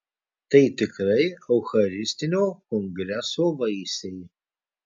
tai tikrai eucharistinio kongreso vaisiai